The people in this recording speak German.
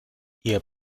ihr